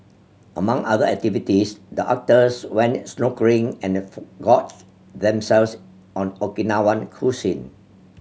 among other activities the actors went snorkelling and gorged themselves on Okinawan cuisine